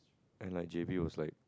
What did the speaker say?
and like J_B was like